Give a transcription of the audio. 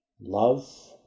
Love